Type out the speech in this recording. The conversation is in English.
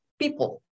people